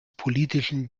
politischen